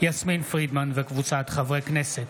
יסמין פרידמן וקבוצת חברי כנסת.